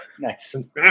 Nice